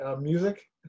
Music